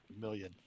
million